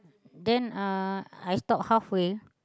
then uh I stop half way